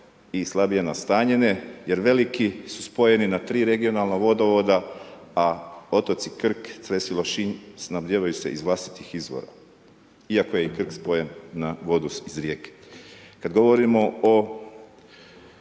i slabije nastanjene jer veliki su spojeni na tri regionalna vodovoda a otoci Krk, Cres i Lošinj snabdijevaju se iz vlastitih izvora iako je Krk spojen na vodu iz Rijeke. Kad govorimo o